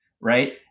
right